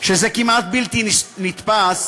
זה כמעט בלתי נתפס,